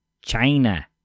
China